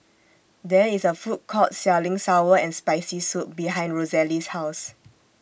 There IS A Food Court Selling Sour and Spicy Soup behind Rosalie's House